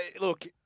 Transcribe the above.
Look